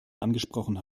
angesprochen